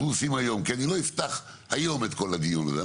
לא אפתח היום את כל הדיון הזה אלא